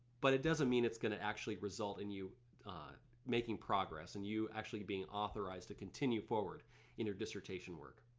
but it doesn't mean it's gonna actually result in you making progress and you actually being authorized to continue forward in your dissertation work.